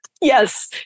Yes